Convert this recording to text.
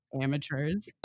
amateurs